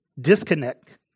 disconnect